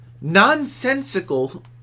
nonsensical